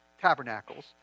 tabernacles